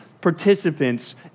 participants